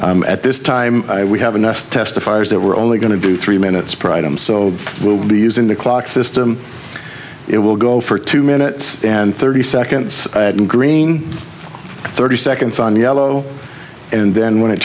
them at this time we have enough testifiers that we're only going to do three minutes provide them so we'll be using the clock system it will go for two minutes and thirty seconds green thirty seconds on yellow and then when it